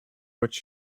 what